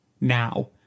now